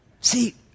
See